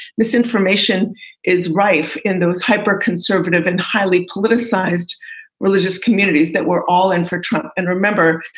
misinformation is rife in those hyper conservative and highly politicized religious communities that we're all in for trump. and remember,